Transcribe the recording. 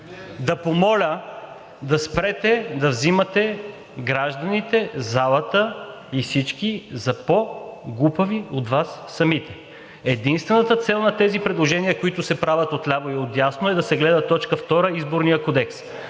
да помоля да спрете да взимате гражданите, залата и всички за по-глупави от Вас самите. Единствената цел на тези предложения, които се правят отляво и отдясно, е да се гледа т. 2 – Изборният кодекс.